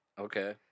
Okay